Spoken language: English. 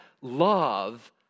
love